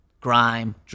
Grime